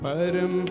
Param